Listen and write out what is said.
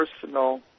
personal